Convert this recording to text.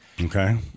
Okay